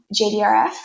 JDRF